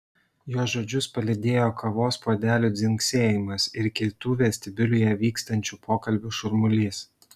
jo žodžius palydėjo kavos puodelių dzingsėjimas ir kitų vestibiulyje vykstančių pokalbių šurmulys